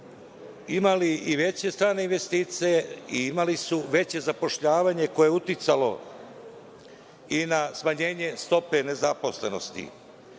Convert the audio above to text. imale i veće strane investicije i imale su veće zapošljavanje koje je uticalo i na smanjenje stope nezaposlenosti. Iz